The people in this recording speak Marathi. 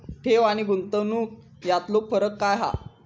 ठेव आनी गुंतवणूक यातलो फरक काय हा?